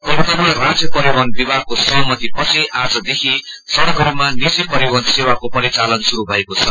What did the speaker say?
क्लकतामा राज्य परिवहन विभागको सहमति पछि आज देखि सड़कहरूमा निजी परिवहन सेवाको परिचालन श्रूरू भएको छ